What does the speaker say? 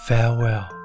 Farewell